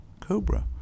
Cobra